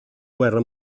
guerra